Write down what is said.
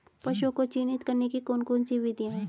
पशुओं को चिन्हित करने की कौन कौन सी विधियां हैं?